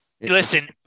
listen